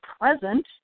present